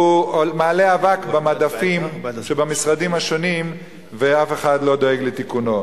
והוא מעלה אבק במדפים שבמשרדים השונים ואף אחד לא דואג לתיקון.